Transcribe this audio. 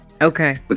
okay